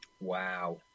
Wow